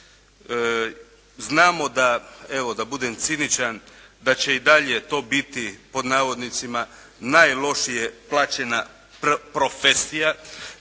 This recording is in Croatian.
Znamo da evo da budem ciničan da će i dalje to biti “najlošije plaćena profesija“